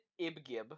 Ibgib